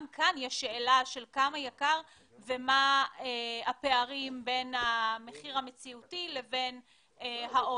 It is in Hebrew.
גם כאן יש שאלה של כמה יקר ומה הפערים בין המחיר המציאותי לבין העושק.